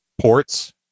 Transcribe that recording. ports